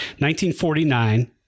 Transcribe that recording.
1949